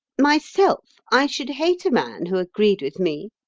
myself, i should hate a man who agreed with me,